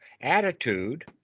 attitude